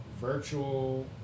virtual